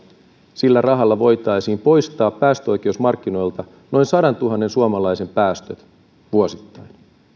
sillä rahalla voitaisiin poistaa päästöoikeusmarkkinoilta noin sadantuhannen suomalaisen päästöt vuosittain